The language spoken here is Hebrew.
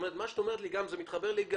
מה שאת אומרת לי, זה מתחבר לי.